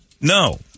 no